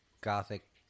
gothic